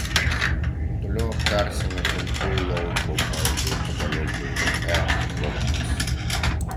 toliau aptarsime pintų lauko baldų pagamintų iš pe privalumus